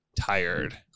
tired